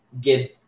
give